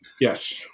yes